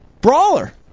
Brawler